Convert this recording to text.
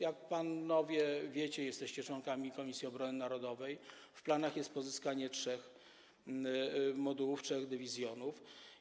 Jak panowie wiecie, jesteście członkami Komisji Obrony Narodowej, w planach jest pozyskanie trzech modułów, trzech dywizjonów.